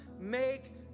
make